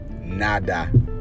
Nada